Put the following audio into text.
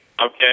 okay